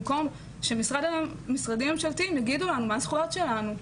במקום שמשרדים ממשלתיים יגידו לנו מה הזכויות שלנו?